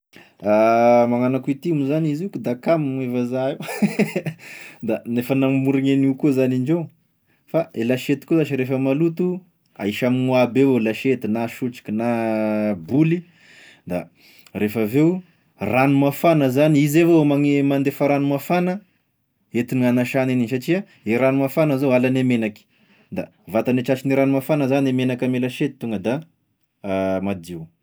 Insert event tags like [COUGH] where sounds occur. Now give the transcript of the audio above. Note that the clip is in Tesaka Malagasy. [HESITATION] Magnano akoa ity moa zany izy ko da kamo gny vazaha io [LAUGHS] da gn'efa namorogny an'io koa moa zany indreo, fa e lasiety koa zash refa maloto, ahisa amign'io aby avao lasiety na sotro ko na [HESITATION] boly, da rehefa avy eo, rano mafana zany, izy avao magn- mandefa rano mafana entiny agnasa an'igny satria e rano mafana zao halane menaky, da vatagne tratrane rano mafana zany e menaka ame lasiety tonga da [HESITATION] madio.